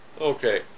Okay